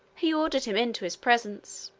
he ordered him into his presence.